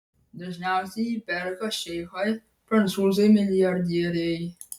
dažniausiai jį perka šeichai prancūzai milijardieriai